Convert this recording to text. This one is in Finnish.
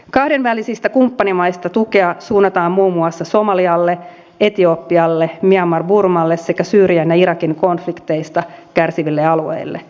kahdenvälisistä kumppanimaista tukea suunnataan muun muassa somalialle etiopialle myanmarille eli burmalle sekä syyrian ja irakin konflikteista kärsiville alueille